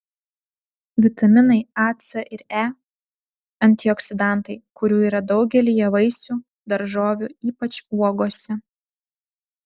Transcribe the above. vitaminai a c ir e antioksidantai kurių yra daugelyje vaisių daržovių ypač uogose